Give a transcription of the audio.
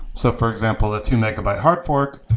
so for example, a two megabyte hard fork,